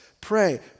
pray